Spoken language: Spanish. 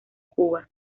cuba